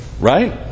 right